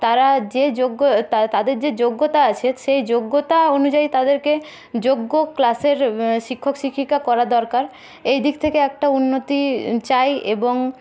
তারা যে যোগ্য তাদের যে যোগ্যতা আছে সেই যোগ্যতা অনুযায়ী তাদেরকে যোগ্য ক্লাসের শিক্ষক শিক্ষিকা করা দরকার এইদিক থেকে একটা উন্নতি চাই এবং